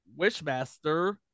Wishmaster